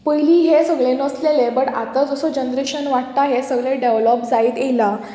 पयलीं हें सगळें नसलेलें बट आतां जसो जनरेशन वाडटा हें सगळें डेवलोप जायत येयलां